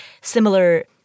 similar